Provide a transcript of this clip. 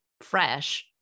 fresh